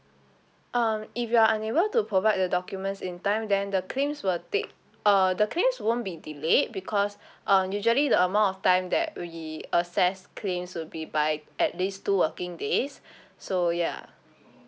um if you are unable to provide the documents in time then the claims will take uh the claims won't be delayed because uh usually the amount of time that we assess claims will be by at least two working days so ya